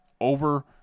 over